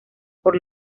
por